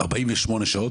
48 שעות,